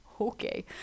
Okay